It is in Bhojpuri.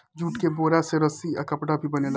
जूट के बोरा से रस्सी आ कपड़ा भी बनेला